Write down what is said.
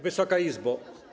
Wysoka Izbo!